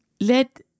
Let